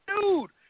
dude